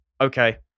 Okay